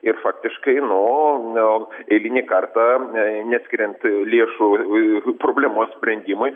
ir faktiškai nu eilinį kartą neskiriant lėšų problemos sprendimui